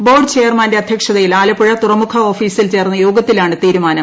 board ചെയർമാന്റെ അധ്യക്ഷതയിൽ ആലപ്പുഴ തുറുമുഖ ഓഫീസിൽ ചേർന്ന യോഗത്തിലാണ് തീരുമാനം